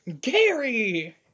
Gary